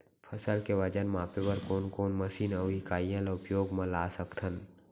फसल के वजन मापे बर कोन कोन मशीन अऊ इकाइयां ला उपयोग मा ला सकथन?